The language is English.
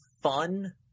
fun